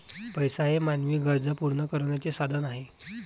पैसा हे मानवी गरजा पूर्ण करण्याचे साधन आहे